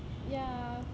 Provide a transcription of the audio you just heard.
ya